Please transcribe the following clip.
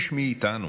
איש מאיתנו